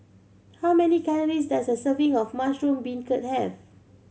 how many calories does a serving of mushroom beancurd have